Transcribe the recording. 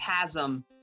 chasm